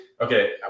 okay